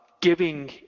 giving